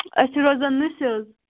أسۍ چھِ روزان نُسہِ حظ